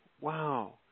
Wow